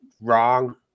wrong